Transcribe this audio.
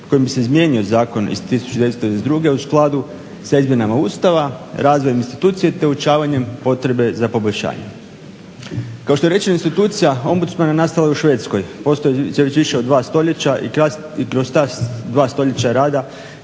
kojim se izmjenjuje zakon iz 1992. u skladu sa izmjenama Ustava, razvojem institucije, te uočavanjem potrebe za poboljšanje. Kao što je rečeno institucija ombudsmana nastala je u Švedskoj, postoji već više od 2. stoljeća i kroz ta 2. stoljeća rada